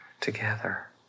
together